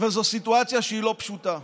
וזו סיטואציה שהיא לא פשוטה.